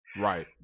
Right